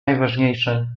najważniejsza